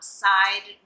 side